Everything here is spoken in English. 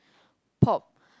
pop